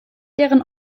deren